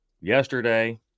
yesterday